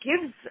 gives